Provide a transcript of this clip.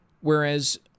whereas